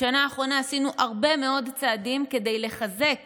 בשנה האחרונה עשינו הרבה מאוד צעדים כדי לחזק